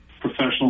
professional